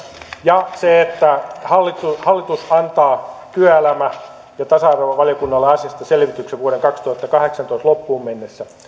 ja hallitus hallitus antaa työelämä ja tasa arvovaliokunnalle asiasta selvityksen vuoden kaksituhattakahdeksantoista loppuun mennessä